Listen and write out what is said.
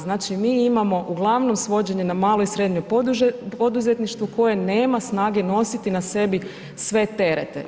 Znači mi imamo uglavnom svođenje na malo i srednje poduzetništvo koje nema snage nositi na sebi sve terete.